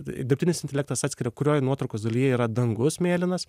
dirbtinis intelektas atskiria kurioj nuotraukos dalyje yra dangus mėlynas